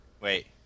wait